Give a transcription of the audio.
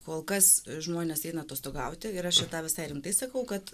kol kas žmonės eina atostogauti ir aš visai rimtai sakau kad